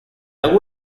hago